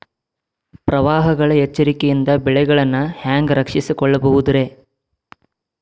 ಪ್ರವಾಹಗಳ ಎಚ್ಚರಿಕೆಯಿಂದ ಬೆಳೆಗಳನ್ನ ಹ್ಯಾಂಗ ರಕ್ಷಿಸಿಕೊಳ್ಳಬಹುದುರೇ?